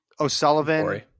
O'Sullivan